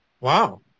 Wow